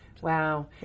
Wow